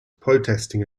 protesting